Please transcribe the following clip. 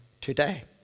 today